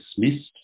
dismissed